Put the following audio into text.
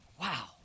wow